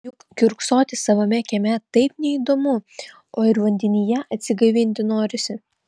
juk kiurksoti savame kieme taip neįdomu o ir vandenyje atsigaivinti norisi